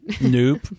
Nope